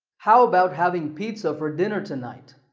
how about having pizza for dinner tonight?